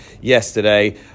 yesterday